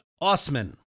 Osman